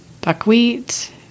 buckwheat